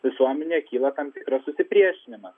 visuomenėje kyla tam tikras susipriešinimas